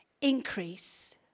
increase